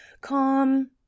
Calm